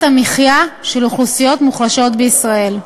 המחיה של אוכלוסיות מוחלשות בישראל.